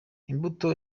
imbuto